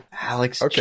Alex